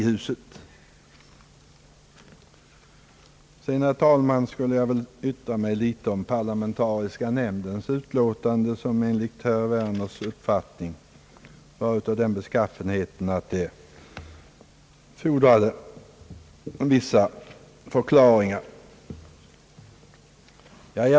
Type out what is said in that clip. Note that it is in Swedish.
Herr talman! Jag skulle också vilja yttra mig litet om parlamentariska nämndens utlåtande. Enligt herr Werner fordrade den vissa förklaringar.